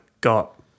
got